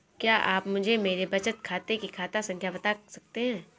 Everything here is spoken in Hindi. क्या आप मुझे मेरे बचत खाते की खाता संख्या बता सकते हैं?